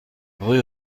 rue